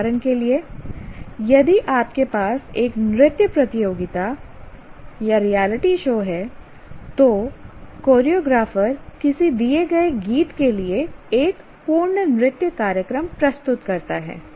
उदाहरण के लिए यदि आपके पास एक नृत्य प्रतियोगिता रियलिटी शो है तो कोरियोग्राफर किसी दिए गए गीत के लिए एक पूर्ण नृत्य कार्यक्रम प्रस्तुत करता है